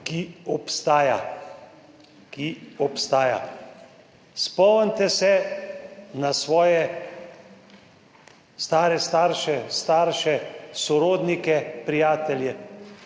ki obstaja. Spomnite se na svoje stare starše, starše, sorodnike, prijatelje,